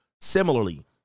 Similarly